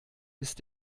ist